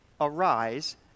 arise